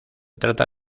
trata